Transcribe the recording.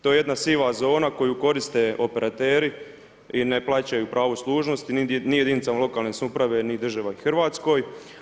To je jedna siva zona koju koriste operateri i ne plaćaju pravo služnosti ni jedinicama lokalne samouprave niti državi Hrvatskoj.